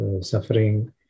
suffering